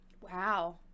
wow